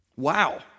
Wow